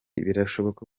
birashoboka